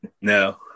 no